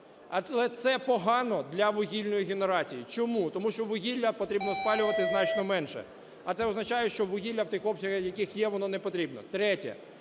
але це погано для вугільної генерації. Чому? Тому що вугілля потрібно спалювати значно менше, а це означає, що вугілля в тих обсягах, яких є, воно непотрібно.